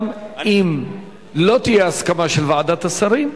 גם אם לא תהיה הסכמה של ועדת השרים,